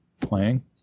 playing